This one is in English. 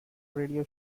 radio